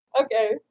Okay